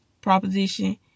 proposition